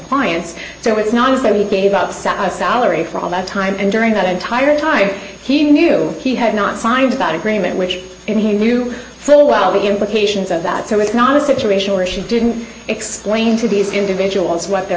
clients so it's not as though he gave up sat on a salary for all that time and during that entire time he knew he had not signed about agreement which he knew full well the implications of that so it's not a situation where she didn't explain to these individuals what their